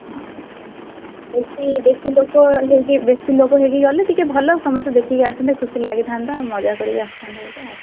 ହଁ ହେଉଛି ବେଶୀ ଲୋକ ହେଇକି ବେଶୀ ଲୋକ ହେଇକି ଗଲେ ଟିକେ ଭଲ ସମସ୍ତେ ଦେଖିକି ଆସନ୍ତେ ଟିକେ ଖୁସି ଲାଗିଥାନ୍ତା ମଜା କରିକି ଆସିଥାନ୍ତେ ଗୋଟେ ଆଉ